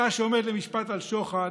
אתה, שעומד למשפט על שוחד,